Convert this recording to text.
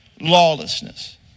lawlessness